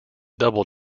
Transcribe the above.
double